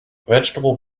vegetable